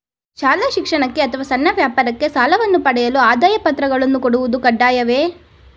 ಶಾಲಾ ಶಿಕ್ಷಣಕ್ಕೆ ಅಥವಾ ಸಣ್ಣ ವ್ಯಾಪಾರಕ್ಕೆ ಸಾಲವನ್ನು ಪಡೆಯಲು ಆದಾಯ ಪತ್ರಗಳನ್ನು ಕೊಡುವುದು ಕಡ್ಡಾಯವೇ?